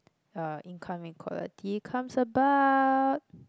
uh income equality comes about